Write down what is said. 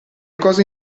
cosa